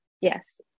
Yes